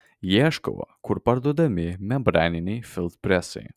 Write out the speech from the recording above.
ieškau kur parduodami membraniniai filtrpresai